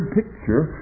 picture